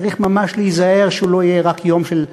צריך ממש להיזהר שהוא לא יהיה רק יום של מסורת,